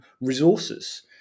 resources